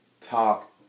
Talk